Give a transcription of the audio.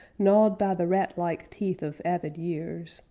gnawed by the rat-like teeth of avid years,